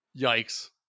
Yikes